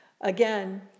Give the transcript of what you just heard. again